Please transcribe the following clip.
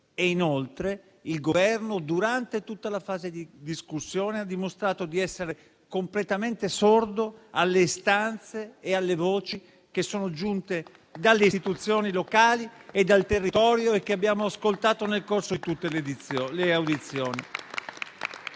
Inoltre il Governo, durante tutta la fase di discussione, ha dimostrato di essere completamente sordo alle istanze e alle voci che sono giunte dalle istituzioni locali e dal territorio e che abbiamo ascoltato nel corso di tutte le audizioni.